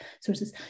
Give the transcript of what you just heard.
sources